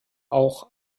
auch